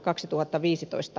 kiitos